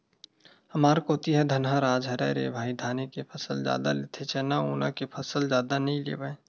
हमर कोती ह धनहा राज हरय रे भई धाने के फसल जादा लेथे चना उना के फसल जादा नइ लेवय